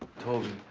toby.